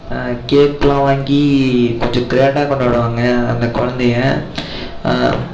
கேக்குலாம் வாங்கி கொஞ்சம் க்ராண்டாக கொண்டாடுவாங்க அந்த குழந்தைய